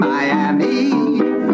Miami